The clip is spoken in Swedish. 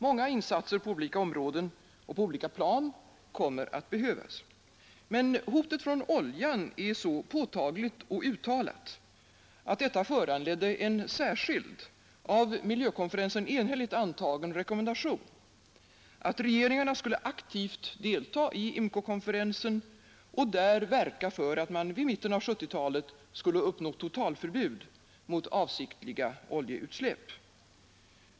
Många insatser på olika områden och på olika plan kommer att behövas. Men hotet från oljan är så påtagligt och uttalat, att detta föranledde en särskild, av miljökonferensen enhälligt antagen rekommendation att regeringarna skulle aktivt delta i IMCO-konferensen och där verka för att man vid mitten av 1970-talet skulle uppnå totalförbud mot avsiktliga oljeutsläpp.